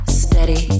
steady